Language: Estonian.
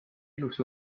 ilus